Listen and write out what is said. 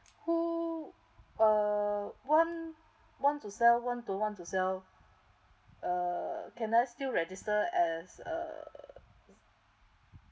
who uh want want to sell want to want to sell uh can I still register as a